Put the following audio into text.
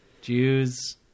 Jews